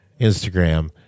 Instagram